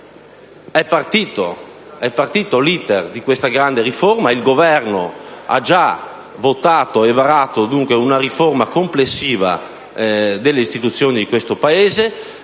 è partito l'*iter* di questa grande riforma. Il Governo ha già votato e varato, dunque, una riforma complessiva delle istituzioni di questo Paese